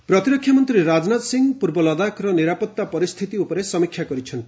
ରାଜନାଥ ଲଦାଖ ପ୍ରତିରକ୍ଷା ମନ୍ତ୍ରୀ ରାଜନାଥ ସିଂହ ପୂର୍ବ ଲଦାଖର ନିରାପତ୍ତା ପରିସ୍ଥିତି ଉପରେ ସମୀକ୍ଷା କରିଛନ୍ତି